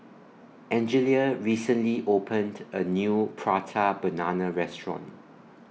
Angelia recently opened A New Prata Banana Restaurant